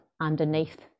underneath